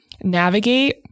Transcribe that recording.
navigate